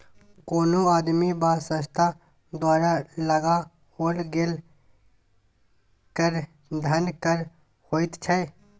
कोनो आदमी वा संस्था द्वारा लगाओल गेल कर धन कर होइत छै